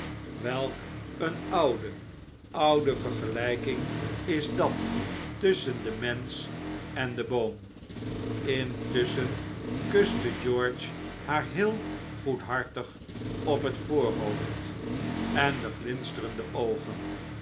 welk een oude oude vergelijking is dat tusschen den mensch en den boom intusschen kuste george haar heel goedhartig op het voorhoofd en de glinsterende oogen